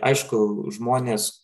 aišku žmonės